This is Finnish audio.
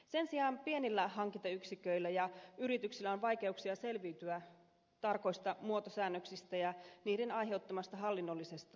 sen sijaan pienillä hankintayksiköillä ja yrityksillä on vaikeuksia selviytyä tarkoista muotosäännöksistä ja niiden aiheuttamasta hallinnollisesta taakasta